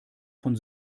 von